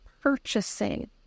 purchasing